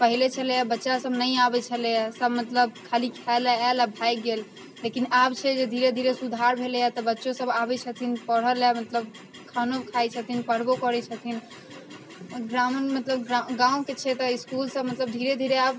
पहिले छलैए बच्चासब नहि आबै छलैए सब मतलब खाली खाइलए आएल आओर भागि गेल लेकिन आब छै जे धीरे धीरे सुधार भेलैए तऽ बच्चोसब आबै छथिन पढ़ऽलए मतलब खानो खाइ छथिन पढ़बो करै छथिन ग्रामीण मतलब गाँवके क्षेत्र छै तऽ इसकुलसब धीरे धीरे आब